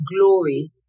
glory